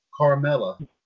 Carmella